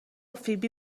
فیبی